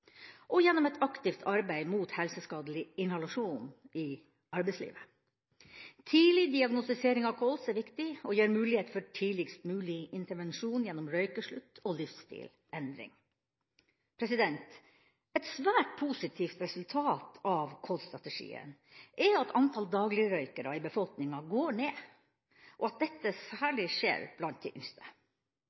og gjennom et aktivt arbeid mot helseskadelig inhalasjon i arbeidslivet. Tidlig diagnostisering av kols er viktig og gir mulighet for tidligst mulig intervensjon gjennom røykeslutt og livsstilsendring. Et svært positivt resultat av kolsstrategien er at antall dagligrøykere i befolkninga går ned, og at dette særlig skjer blant de yngste.